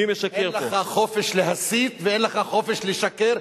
אין לך חופש להסית ואין לך חופש לשקר,